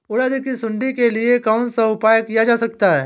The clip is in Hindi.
उड़द की सुंडी के लिए कौन सा उपाय किया जा सकता है?